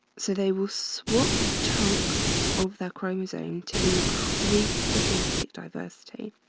so they will swap chunks of their chromosome to increase the genetic diversity.